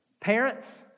Parents